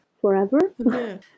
forever